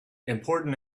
important